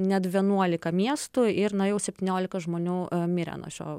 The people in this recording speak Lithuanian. net vienuolika miestų ir na jau septyniolika žmonių mirė nuo šio